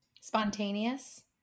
Spontaneous